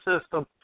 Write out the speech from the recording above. system